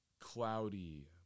cloudy